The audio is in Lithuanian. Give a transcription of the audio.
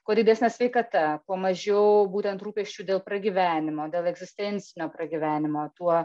kuo didesnė sveikata kuo mažiau būtent rūpesčių dėl pragyvenimo dėl egzistencinio pragyvenimo tuo